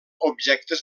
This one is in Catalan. objectes